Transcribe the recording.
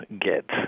get